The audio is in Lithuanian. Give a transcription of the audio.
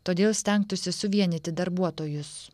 todėl stengtųsi suvienyti darbuotojus